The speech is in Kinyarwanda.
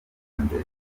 mbere